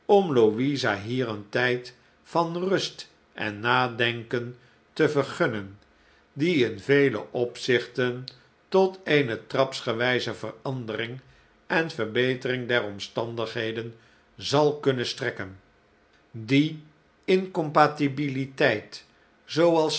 louisa hier een tijd van rust en nadenken te vergunnen die in vele opzichten tot eene trapsgewiize verandering en verbetering der omstandigheden zal kunnen strekken die de incompatibiliteit zooals